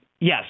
Yes